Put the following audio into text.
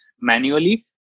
manually